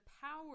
power